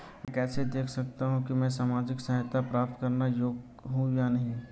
मैं कैसे देख सकता हूं कि मैं सामाजिक सहायता प्राप्त करने योग्य हूं या नहीं?